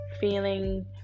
feeling